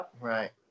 Right